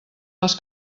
les